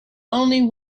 only